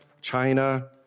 China